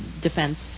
defense